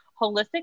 holistic